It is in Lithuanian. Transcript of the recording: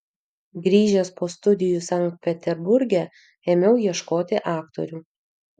grįžęs po studijų sankt peterburge ėmiau ieškoti aktorių